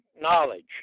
knowledge